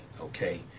okay